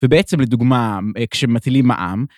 ובעצם לדוגמה, מ...א-כשמטילים מע"מ,